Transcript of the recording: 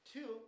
Two